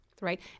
right